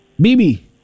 Bibi